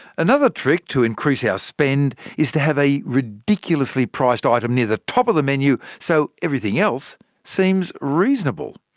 another trick to increase our ah spend is to have a ridiculously priced item near the top of the menu, so everything else seems reasonable.